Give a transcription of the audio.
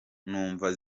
numva